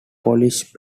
polish